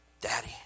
daddy